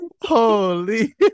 holy